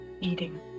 eating